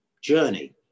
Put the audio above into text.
journey